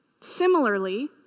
similarly